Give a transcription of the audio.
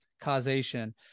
causation